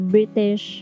British